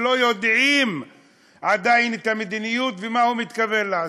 שלא יודעים עדיין את המדיניות ומה הוא מתכוון לעשות,